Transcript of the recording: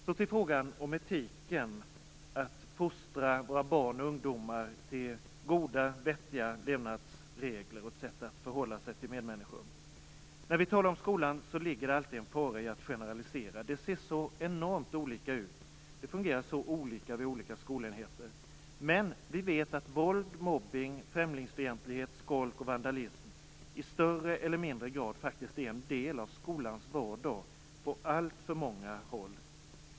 Så till frågan om etik, om att fostra våra barn och ungdomar efter goda och vettiga levnadsregler och till ett sätt att förhålla sig till medmänniskor. När vi talar om skolan ligger det alltid en fara i att generalisera. Det ser ju så enormt olika ut och det fungerar så olika vid olika skolenheter. Vi vet att våld, mobbning, främlingsfientlighet, skolk och vandalism på alltför många håll mer eller mindre faktiskt är en del av skolans vardag.